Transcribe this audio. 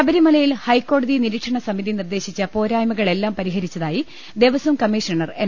ശബിമലയിൽ ഹൈക്കോടതി നിരീക്ഷണ സമിതി നിർദ്ദേശിച്ച പോരായ്മകളെല്ലാം പരിഹരിച്ചതായി ് ദേവസംകമ്മീഷണർ എൻ